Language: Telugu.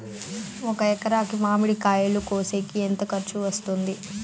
ఒక ఎకరాకి మామిడి కాయలు కోసేకి ఎంత ఖర్చు వస్తుంది?